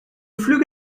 flüge